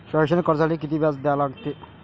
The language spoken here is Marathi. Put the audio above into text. शैक्षणिक कर्जासाठी किती व्याज द्या लागते?